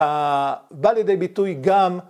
אה... בא לידי ביטוי גם